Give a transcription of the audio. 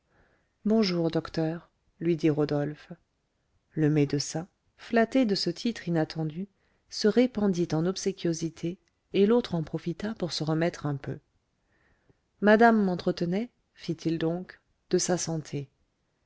bonjour docteur lui dit rodolphe le médecin flatté de ce titre inattendu se répandit en obséquiosités et l'autre en profita pour se remettre un peu madame m'entretenait fit-il donc de sa santé